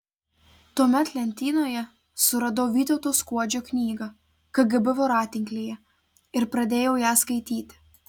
tuomet lentynoje suradau vytauto skuodžio knygą kgb voratinklyje ir pradėjau ją skaityti